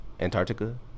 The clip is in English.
Antarctica